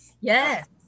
Yes